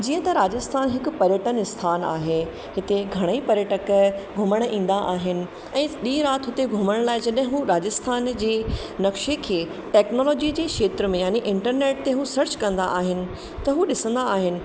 जीअं त राजस्थान हिकु पर्यटन स्थानु आहे हिते घणई पर्यटक घुमण ईंदा आहिनि ऐं ॾींहुं राति हुते घुमण लाइ जॾहि उहे राजस्थान जे नक्शे खे टेक्नोलॉजी जे क्षेत्र में याने इंटरनेट ते उहे सर्च कंदा आहिनि त उहे ॾिसंदा आहिनि